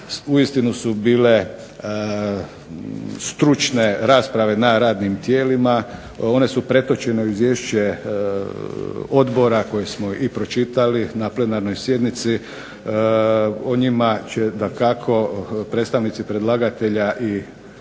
uistinu su bile stručne rasprave na radnim tijelima, one su pretočene u izvješće odbora kojeg smo i pročitali na plenarnoj sjednici, o njima će dakako predstavnici predlagatelja i dodatno